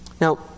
Now